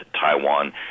taiwan